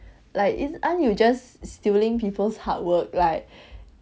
like is aren't you just stealing people's hard work like